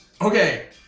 Okay